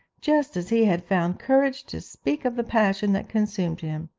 just as he had found courage to speak of the passion that consumed him,